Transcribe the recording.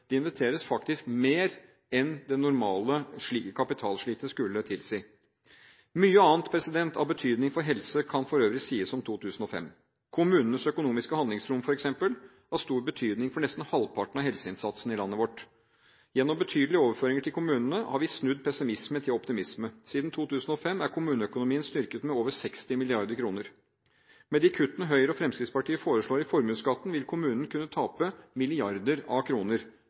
Det investeres faktisk mer enn det normale kapitalslitet skulle tilsi. Mye annet av betydning for helse kan for øvrig sies om 2005. Kommunenes økonomiske handlingsrom f.eks. har stor betydning for nesten halvparten av helseinnsatsen i landet vårt. Gjennom betydelige overføringer til kommunene har vi snudd pessimisme til optimisme. Siden 2005 er kommuneøkonomien styrket med over 60 mrd. kr. Med de kuttene Høyre og Fremskrittspartiet foreslår i formuesskatten, vil kommunene kunne tape milliarder av kroner.